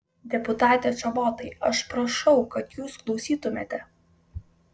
deputate čobotai aš prašau kad jūs klausytumėte